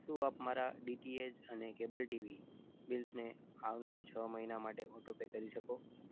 શું આપ મારા ડી ટી એચ અને કેબલ ટીવી બિલ્સને આવનારા છ મહિના માટે ઓટો પે કરી શકો